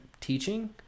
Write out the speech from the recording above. teaching